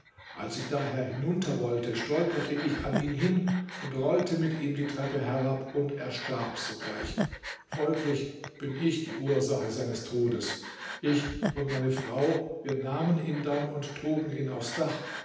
als ich daher hinunter wollte stolperte ich an ihn hin und rollte mit ihm die treppe herab und er starb sogleich folglich bin ich die ursache seines todes ich und meine frau wir nahmen ihn dann und trugen ihn aufs dach